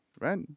right